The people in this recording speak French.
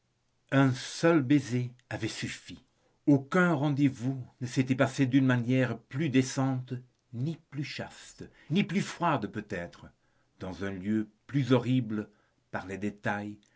un seul baiser avait suffi aucun rendez-vous ne s'était passé d'une manière plus décente ni plus chaste ni plus froide peut-être dans un lieu plus horrible par les détails